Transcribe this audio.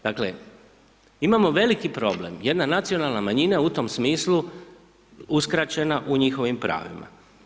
Dakle, imamo veliki problem, jedna nacionalna manjina u tom smislu je uskraćena u njihovima pravima.